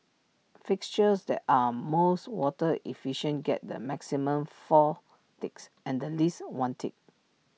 fixtures that are most water efficient get the maximum four ticks and the least one tick